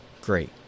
great